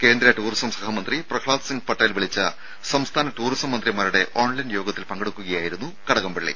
കേന്ദ്ര ടൂറിസം സഹമന്ത്രി പ്രഹ്ലാദ്സിംഗ് പട്ടേൽ വിളിച്ച സംസ്ഥാന ടൂറിസം മന്ത്രിമാരുടെ ഓൺലൈൻ യോഗത്തിൽ പങ്കെടുക്കുക യായിരുന്നു കടകംപളളി